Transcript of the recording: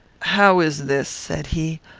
how is this? said he.